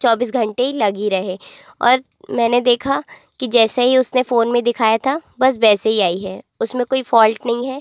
चौबीस घंटे ही लगी रहे और मैंने देखा कि जैसा ही उसने फ़ोन में दिखाया था बस वैसे ही आई है उसमें कोई फॉल्ट नहीं है